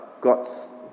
God's